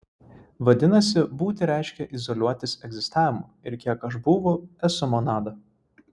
vadinasi būti reiškia izoliuotis egzistavimu ir kiek aš būvu esu monada